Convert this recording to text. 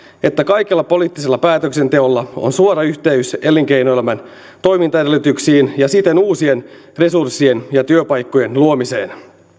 että kaikella poliittisella päätöksenteolla on suora yhteys elinkeinoelämän toimintaedellytyksiin ja siten uusien resurssien ja työpaikkojen luomiseen